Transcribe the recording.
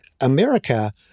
America